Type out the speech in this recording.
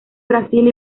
brasil